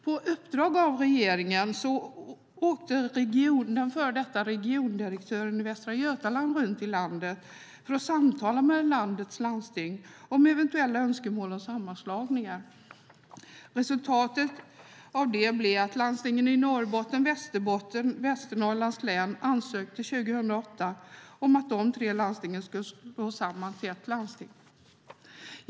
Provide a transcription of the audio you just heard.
På uppdrag av regeringen åkte den före detta regiondirektören i Västra Götaland runt i landet för att samtala med landets landsting om eventuella önskemål om sammanslagningar. Resultatet av det blev att landstingen i Norrbotten, Västerbotten och Västernorrland 2008 ansökte om att de tre landstingen skulle slås samman till ett landsting.